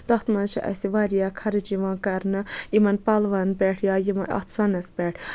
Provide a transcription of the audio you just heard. تَتھ مَنٛز چھُ اَسہِ واریاہ خرچ یِوان کَرنہٕ یِمَن پلون پٮ۪ٹھ یا اَتھ سۄنَس پٮ۪ٹھ